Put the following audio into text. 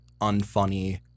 unfunny